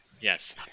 Yes